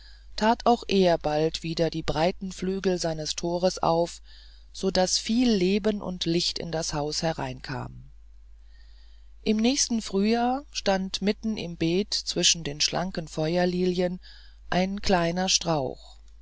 tat auch er bald wieder die breiten flügel seines tores auf so daß viel leben und licht in das haus hereinkam im nächsten frühjahr stand mitten im beete zwischen den schlanken feuerlilien ein kleiner strauch